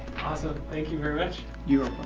awesome. thank you very much. you were